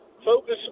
focus